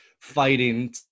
fighting